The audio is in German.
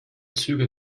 züge